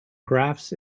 graphs